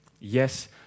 Yes